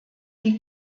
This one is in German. die